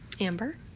Amber